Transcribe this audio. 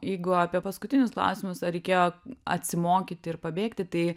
jeigu apie paskutinius klausimus ar reikėjo atsimokyti ir pabėgti tai